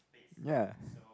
ya